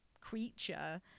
creature